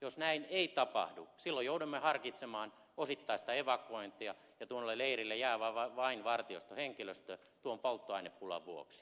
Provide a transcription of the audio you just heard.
jos näin ei tapahdu silloin joudumme harkitsemaan osittaista evakuointia ja tuolle leirille jää vain vartiostohenkilöstö polttoainepulan vuoksi